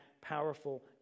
powerful